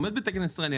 הוא עובד בתקן ישראלי,